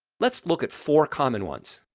let's look at four common ones.